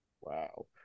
Wow